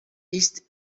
east